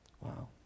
Wow